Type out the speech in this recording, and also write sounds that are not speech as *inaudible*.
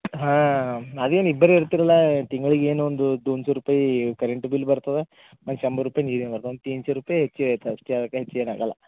ಹಾಂ ಅದೇನು ಇಬ್ಬರೆ ಇರ್ತಿರಲ್ಲ ತಿಂಗ್ಳಿಗೇನು ಒಂದು ದೊನ್ಸೊ ರೂಪಾಯಿ ಕರೆಂಟ್ ಬಿಲ್ ಬರ್ತದ ಮತ್ತು ಶಂಬರ್ ರೂಪಾಯಿ ನೀರಿಂದು ಬರ್ತದ ಒಂದು ತೀನ್ ಚೆ ರೂಪಾಯಿ *unintelligible* ಅಷ್ಟೆ ಅದ್ಕ ಹೆಚ್ಚೇನಾಗಲ್ಲ